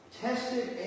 Tested